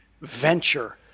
venture